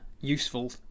useful